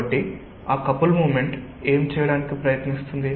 కాబట్టి ఆ couple moment ఏమి చేయడానికి ప్రయత్నిస్తుంది